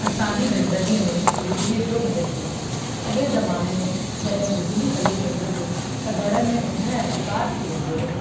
असांजी ज़िन्दगीअ में बिजलीअ जो महत्व अॻे ज़माने में जॾहिं बिजली हली वेंदी हुई त घर में ऊंदहि अंधकार थी वेंदो हुओ